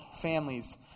families